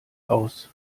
aus